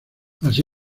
así